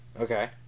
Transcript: Okay